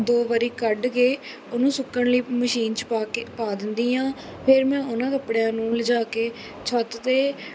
ਦੋ ਵਾਰੀ ਕੱਢ ਕੇ ਉਹਨੂੰ ਸੁੱਕਣ ਲਈ ਮਸ਼ੀਨ 'ਚ ਪਾ ਕੇ ਪਾ ਦਿੰਦੀ ਹਾਂ ਫੇਰ ਮੈਂ ਉਨ੍ਹਾਂ ਕੱਪੜਿਆਂ ਨੂੰ ਲਿਜਾ ਕੇ ਛੱਤ 'ਤੇ